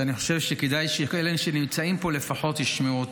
שאני חושב שכדאי שאלה שנמצאים פה לפחות ישמעו אותו.